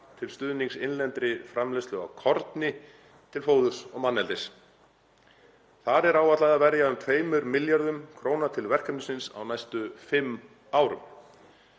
til stuðnings innlendri framleiðslu á korni til fóðurs og manneldis. Þar er áætlað að verja um 2 milljörðum kr. til verkefnisins á næstu fimm árum.